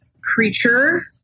creature